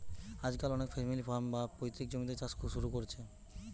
আজকাল অনেকে family farm, বা পৈতৃক জমিতে চাষ শুরু কোরছে